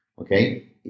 okay